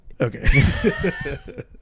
Okay